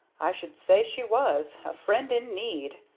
i should say she was! a friend in need!